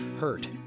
Hurt